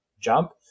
jump